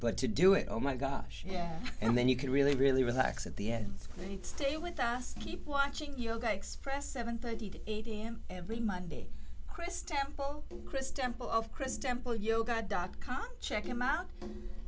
but to do it oh my gosh yeah and then you can really really relax at the end and stay with us keep watching yoga express seven thirty to eight am every monday chris temple chris temple of chris temple yoga dot com check him out